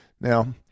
Now